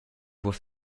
voie